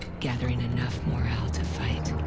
gathering enough morale to fight.